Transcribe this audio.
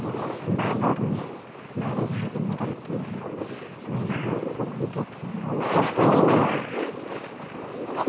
बाध और में बाड़ी झाड़ी में रहती हैं मैना और को भी देखे हैं और वो सब तो वो